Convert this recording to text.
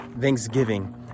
thanksgiving